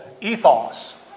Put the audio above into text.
ethos